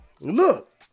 look